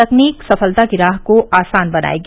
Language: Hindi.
तकनीक सफलता की राह को आसान बनायेगी